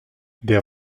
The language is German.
der